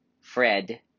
Fred